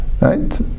right